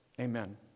Amen